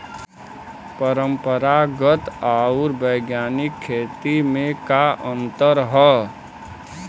परंपरागत आऊर वैज्ञानिक खेती में का अंतर ह?